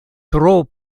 tro